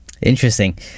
interesting